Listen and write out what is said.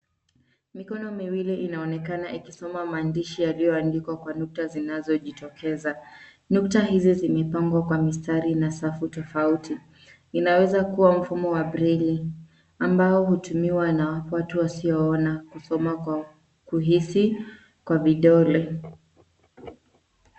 Mikono miwili inaonekana ikisoma maandishi yaliyoandikwa kwa nukta zinazojitokeza. Nukta hizi zimepangwa kwa mistari na safu tofauti. Inaweza kuwa mfumo wa breli ambao hutumiwa na watu wasioona, kusoma kwa kuhisi kwa vidole.